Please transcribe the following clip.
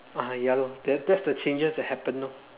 ah ya lah that that's the changes that happen lor